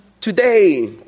today